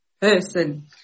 person